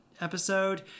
episode